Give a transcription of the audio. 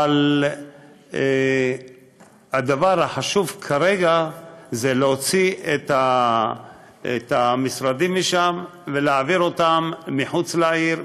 אבל הדבר החשוב כרגע הוא להוציא את המשרדים משם ולהעביר אותם מחוץ לעיר,